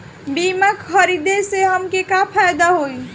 बीमा खरीदे से हमके का फायदा होई?